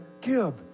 Gib